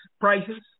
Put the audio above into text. prices